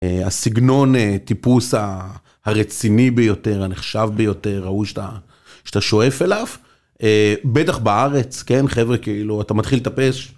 הסגנון טיפוס הרציני ביותר הנחשב ביותר ההוא שאתה שואף אליו בטח בארץ כן חבר׳ה כאילו אתה מתחיל לטפס.